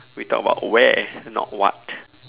we talked about where not what